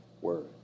word